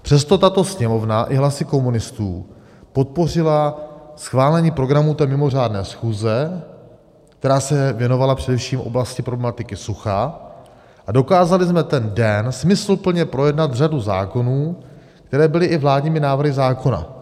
Přesto tato Sněmovna i hlasy komunistů podpořila schválení programu té mimořádné schůze, která se věnovala především oblasti problematiky sucha, a dokázali jsme ten den smysluplně projednat řadu zákonů, které byly i vládními návrhy zákona.